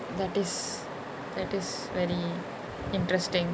that is that is very interesting